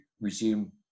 resume